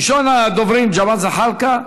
ראשון הדוברים, ג'מאל זחאלקה,